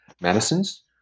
Medicines